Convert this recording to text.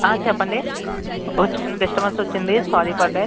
చెప్పండి వచ్చింది డిస్టబెన్స్ వచ్చింది సారీ ఫర్ దట్